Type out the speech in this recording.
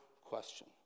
question